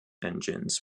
engines